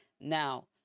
Now